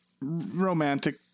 romantic